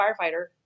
firefighter